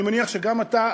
אני מניח שגם אתה,